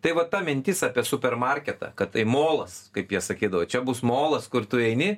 tai va ta mintis apie supermarketą kad tai molas kaip jie sakydavo čia bus molas kur tu eini